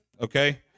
okay